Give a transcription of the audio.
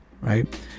right